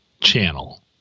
channel